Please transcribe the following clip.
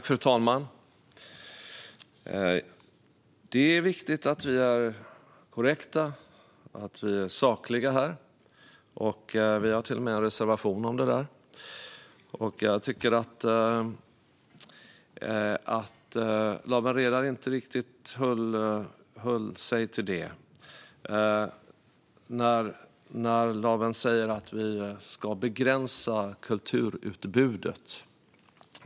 Fru talman! Det är viktigt att vi är korrekta och sakliga här. Kristdemokraterna har till och med en reservation om det. Jag tycker inte riktigt att Lawen Redar höll sig till det när hon sa att Kristdemokraterna ska begränsa kulturutbudet.